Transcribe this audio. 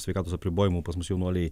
sveikatos apribojimų pas mus jaunuoliai